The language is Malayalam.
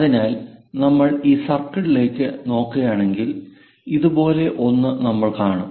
അതിനാൽ നമ്മൾ ഈ സർക്കിളിലേക്ക് നോക്കുകയാണെങ്കിൽ ഇതുപോലുള്ള ഒന്ന് നമ്മൾ കാണും